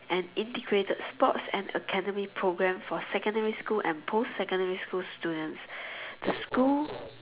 an integrated sports and academy programme for secondary school and post secondary school students the school